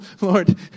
Lord